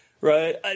right